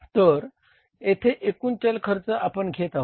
तर येथे एकूण चल खर्च आपण घेत आहोत